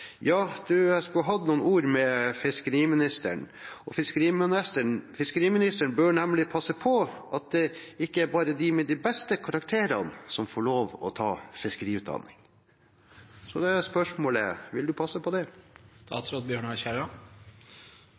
skulle hatt noen ord med fiskeriministeren fordi fiskeriministeren bør passe på at det ikke bare er de med de beste karakterene som får lov til å ta fiskeriutdanning. Det er spørsmålet: Vil du passe på det?